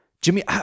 Jimmy